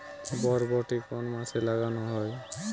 বরবটি কোন মাসে লাগানো হয়?